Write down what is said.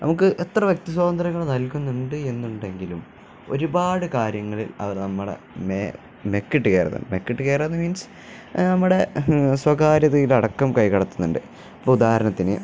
നമുക്ക് എത്ര വ്യക്തി സ്വാതന്ത്ര്യങ്ങൾ നൽകുന്നുണ്ട് എന്നുണ്ടെങ്കിലും ഒരുപാട് കാര്യങ്ങളിൽ അത് നമ്മുടെ മെക്കിട്ടുകയറുന്നുണ്ട് മെക്കിട്ട് കയറുന്നത് മീൻസ് നമ്മുടെ സ്വകാര്യതയിലടക്കം കൈകെടത്തുന്നുണ്ട് ഇപ്പോള് ഉദാഹരണത്തിന്